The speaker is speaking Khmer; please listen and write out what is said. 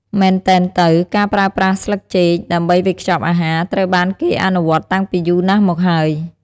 មែនទែនទៅ ការប្រើប្រាស់ស្លឹកចេកដើម្បីវេចខ្ចប់អាហារ ត្រូវបានគេអនុវត្តតាំងពីយូរណាស់មកហើយ។